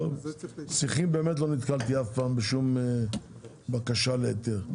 שיחים באמת לא נתקלתי אף פעם בשום בקשה להיתר,